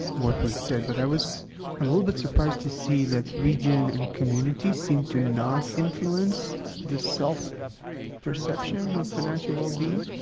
what was said, but i was a little bit surprised to see that region and community seem to not influence the self-perception of financial wellbeing.